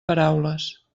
paraules